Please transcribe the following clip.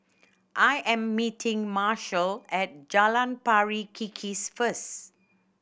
I am meeting Marshall at Jalan Pari Kikis first